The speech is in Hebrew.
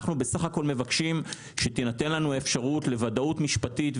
אנחנו בסך הכול מבקשים שתינתן לנו האפשרות לוודאות משפטית,